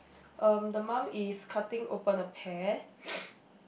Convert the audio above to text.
um the mum is cutting open a pear